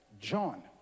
John